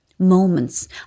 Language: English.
Moments